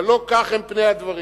אבל לא כך הם פני הדברים.